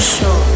Show